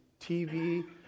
TV